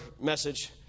message